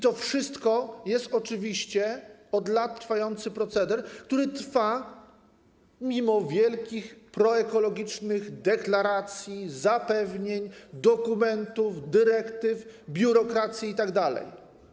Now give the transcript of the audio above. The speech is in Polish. To wszystko to jest oczywiście proceder trwający od lat, który trwa mimo wielkich proekologicznych deklaracji, zapewnień, dokumentów, dyrektyw, biurokracji itd.